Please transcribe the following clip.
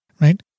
right